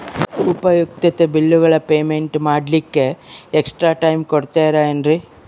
ಉಪಯುಕ್ತತೆ ಬಿಲ್ಲುಗಳ ಪೇಮೆಂಟ್ ಮಾಡ್ಲಿಕ್ಕೆ ಎಕ್ಸ್ಟ್ರಾ ಟೈಮ್ ಕೊಡ್ತೇರಾ ಏನ್ರಿ?